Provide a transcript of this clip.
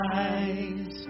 eyes